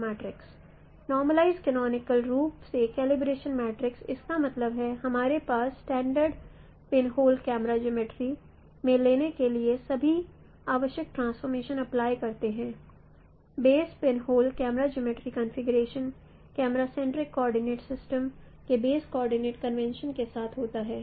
0 normalize canonical रूप से calibration matrix इसका मतलब है हमारे पास स्टैंडर्ड पिनहोल कैमरा जियोमर्ट्री में लाने के लिए सभी आवश्यक ट्रांसफॉर्मेशन अप्लाई करते हैं base pinhole camera geometry configuration camera centric coordinate system के बेस कोऑर्डिनेट कन्वेंशन के साथ होता है